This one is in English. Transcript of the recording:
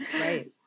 Right